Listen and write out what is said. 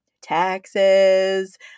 taxes